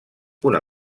una